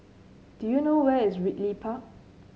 do you know where is Ridley Park